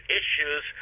issues